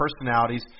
personalities